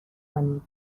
کنید